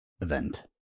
event